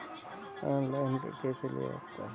Online ऋण कैसे लिया जाता है?